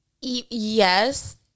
yes